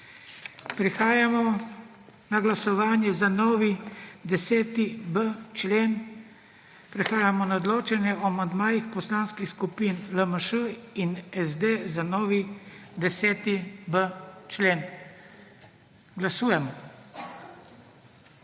Prehajamo na glasovanje za novi 10.b člen. Prehajamo na odločanje o amandmajih poslanskih skupin LMŠ in SD za novi 10.b člen. Glasujemo.